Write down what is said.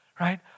right